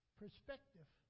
perspective